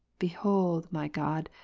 behold my god,